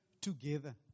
together